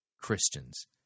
Christians